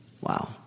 Wow